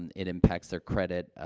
and it impacts their credit. ah,